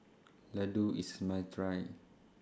Laddu IS must Try